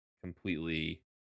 completely